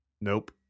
Nope